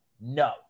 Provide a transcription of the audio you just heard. No